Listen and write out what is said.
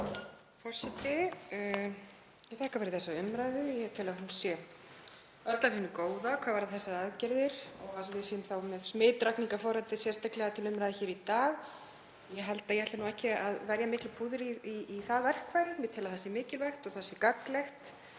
Forseti. Ég þakka fyrir þessa umræðu. Ég tel að hún sé öll af hinu góða hvað varðar þessar aðgerðir og við séum með smitrakningarforritið sérstaklega til umræðu hér í dag. Ég held að ég ætli nú ekki að verja miklu púðri í það verkfæri, ég tel að það sé mikilvægt og gagnlegt,